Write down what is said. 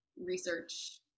research